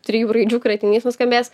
trijų raidžių kratinys nuskambės